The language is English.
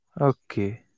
okay